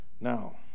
Now